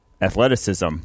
athleticism